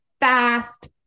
fast